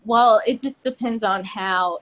well it depends on how